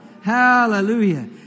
Hallelujah